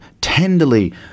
tenderly